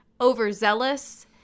overzealous